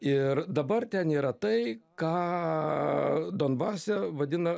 ir dabar ten yra tai ką donbase vadina